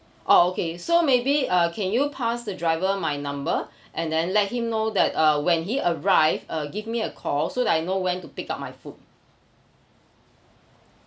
oh okay so maybe uh can you pass the driver my number and then let him know that uh when he arrive uh give me a call so that I know when to pick up my food